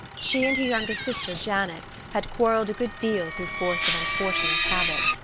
she and her younger sister, janet, had quarreled a good deal through force of unfortunate habit.